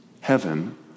heaven